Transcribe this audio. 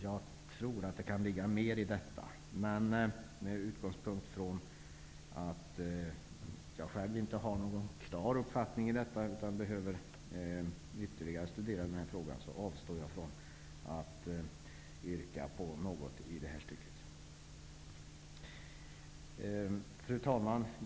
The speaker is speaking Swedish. Jag tror att det kan ligga mer i detta, men eftersom jag inte själv har någon klar uppfattning i frågan utan behöver studera den ytterligare, avstår jag från att yrka på något i det här stycket. Fru talman!